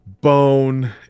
bone